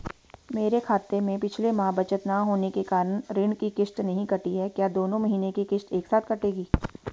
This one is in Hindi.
मेरे खाते में पिछले माह बचत न होने के कारण ऋण की किश्त नहीं कटी है क्या दोनों महीने की किश्त एक साथ कटेगी?